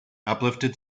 uplifted